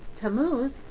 Tammuz